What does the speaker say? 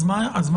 אז מה האסטרטגיה?